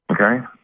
Okay